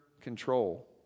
control